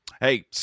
Hey